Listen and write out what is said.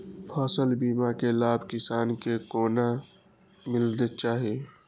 फसल बीमा के लाभ किसान के कोना मिलेत अछि?